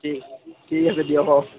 ঠিক ঠিক আছে দিয়ক অঁ